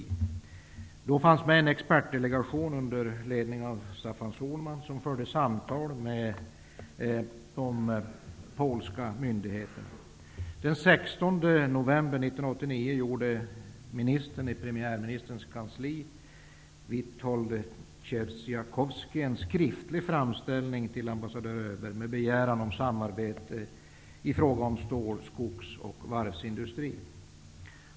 Då fanns en expertdelegation med, under ledning av Staffan Sohlman, som förde samtal med de polska myndigheterna. Den 16 november 1989 gjorde ministern i premiärministerns kansli Witold Trzeciakowski en skriftlig framställning till ambassadör Öberg med begäran om samarbete i fråga om stål-, skogs och varvsindustrin.